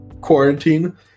quarantine